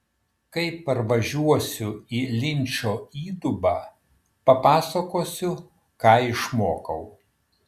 kai parvažiuosiu į linčo įdubą papasakosiu ką išmokau